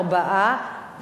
ארבעה,